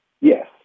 Yes